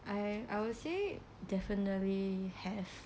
I I would say definitely have